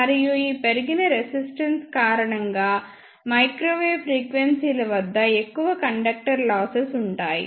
మరియు ఈ పెరిగిన రెసిస్టెన్స్ కారణంగా మైక్రోవేవ్ ఫ్రీక్వెన్సీల వద్ద ఎక్కువ కండక్టర్ లాసెస్ ఉంటాయి